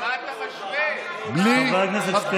למה אתה לא עושה את זה?